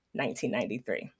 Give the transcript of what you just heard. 1993